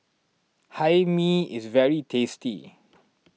Hae Mee is very tasty